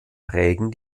prägen